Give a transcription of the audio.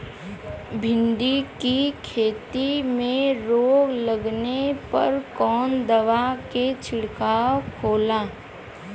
भिंडी की खेती में रोग लगने पर कौन दवा के छिड़काव खेला?